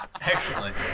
Excellent